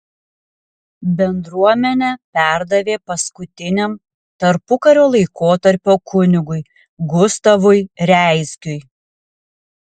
bendruomenę perdavė paskutiniam tarpukario laikotarpio kunigui gustavui reisgiui